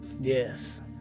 Yes